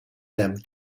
them